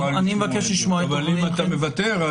אבל אם אתה מוותר,